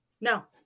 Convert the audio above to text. no